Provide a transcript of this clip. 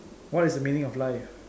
what is the meaning of life